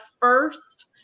first